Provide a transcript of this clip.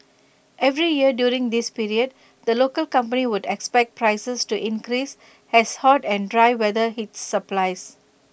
every year during this period the local company would expect prices to increase as hot and dry weather hits supplies